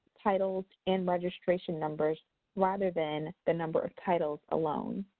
titles, and registration number rather than the number of titles alone.